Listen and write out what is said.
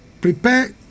Prepare